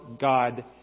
God